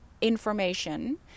information